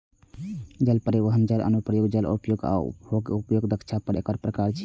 जल परिवहन, जल अनुप्रयोग, जल उपयोग आ उपभोग्य उपयोगक दक्षता एकर प्रकार छियै